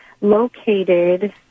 located